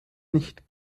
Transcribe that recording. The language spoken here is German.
nicht